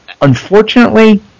Unfortunately